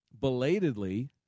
belatedly